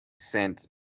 sent